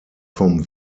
vom